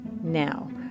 Now